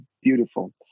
beautiful